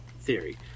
theory